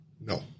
No